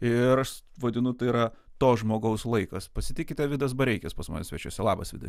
ir aš vadinu tai yra to žmogaus laikas pasitikite vidas bareikis pas mane svečiuose labas vidai